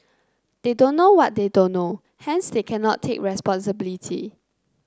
they don't know what they don't know hence they cannot take responsibility